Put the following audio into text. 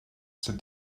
said